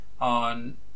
on